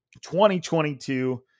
2022